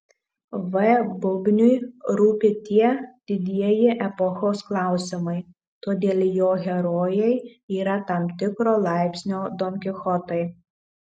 v bubniui rūpi tie didieji epochos klausimai todėl jo herojai yra tam tikro laipsnio donkichotai